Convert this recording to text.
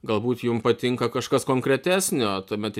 galbūt jum patinka kažkas konkretesnio tuomet